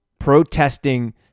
protesting